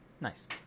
Nice